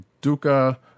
Duca